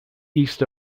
east